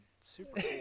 super